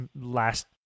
last